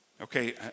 Okay